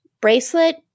bracelet